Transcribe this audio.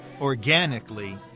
organically